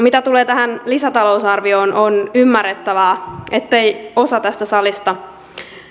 mitä tulee tähän lisätalousarvioon on ymmärrettävää ettei osa tästä salista